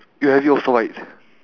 you have it also right